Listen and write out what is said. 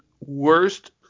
worst